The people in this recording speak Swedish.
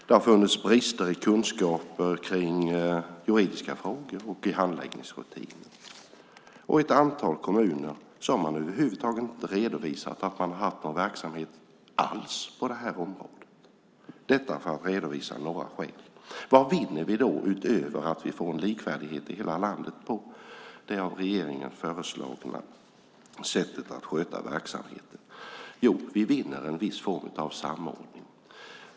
Det har funnits brister i kunskaper om juridiska frågor och i handläggningsrutiner. I ett antal kommuner har man över huvud taget inte redovisat att man har haft någon verksamhet alls på det här området. Detta säger jag för att redovisa några skäl. Vad vinner vi då, utöver att vi får en likvärdighet i hela landet, på det av regeringen föreslagna sättet att sköta verksamheten? Jo, vi vinner en viss form av samordning.